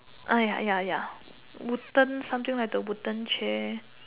ah ya ya ya wooden something like the wooden chair